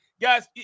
guys